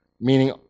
Meaning